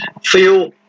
feel